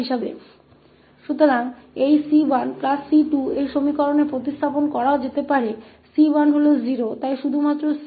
तो इस समीकरण में इन c1 और c2 को वहां प्रतिस्थापित किया जा सकता है c1 0 है इसलिए केवल c2 ही बचेगा